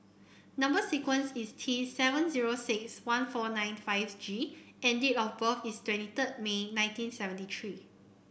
number sequence is T seven zero six one four nine five G and date of birth is twenty third May nineteen seventy three